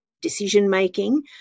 decision-making